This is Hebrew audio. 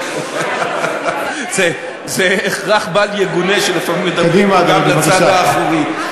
זה הכרח בל-יגונה שלפעמים מדברים מהגב לצד האחורי.